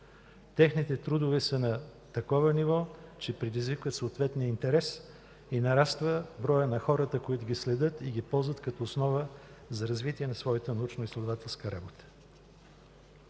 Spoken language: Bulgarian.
Техните трудове са на такова ниво, че предизвикват съответния интерес и нараства броят на хората, които ги следят и ги ползват като основа за развитие на своята научноизследователска работа.